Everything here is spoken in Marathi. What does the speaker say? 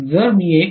जर मी 1 p